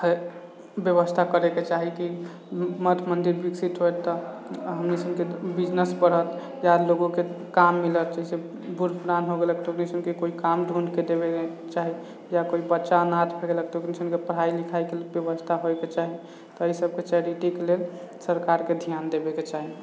है व्यवस्था करैके चाही कि मठ मन्दिर विकसित होइ एतय हमनि सबके बिजनेस बढ़त जादा लोकके काम मिलत जैसे बूढ़ पुरान हो गेलै एसनोके काम ढूँढ़के देबै चाहे या कोइ बच्चा अनाथ भऽ गेले तऽ ओकरो सनिके पढाइ लिखाइके व्यवस्था होइके चाही तऽ ई सभके चैरिटीके लेल सरकारके ध्यान देबैके चाही